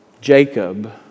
Jacob